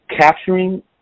capturing